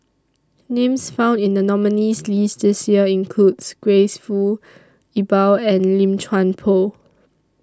Names found in The nominees' list This Year includes Grace Fu Iqbal and Lim Chuan Poh